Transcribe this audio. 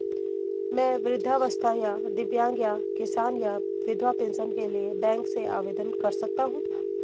मैं वृद्धावस्था या दिव्यांग या किसान या विधवा पेंशन के लिए बैंक से आवेदन कर सकता हूँ?